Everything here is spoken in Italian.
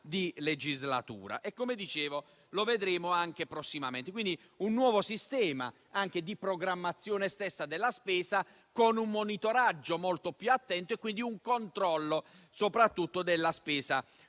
Come dicevo, lo vedremo anche prossimamente. Quindi vi è un nuovo sistema, anche di programmazione stessa della spesa, con un monitoraggio molto più attento e un controllo soprattutto della spesa